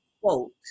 quote